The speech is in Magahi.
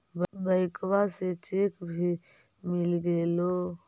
बैंकवा से चेक भी मिलगेलो?